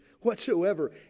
whatsoever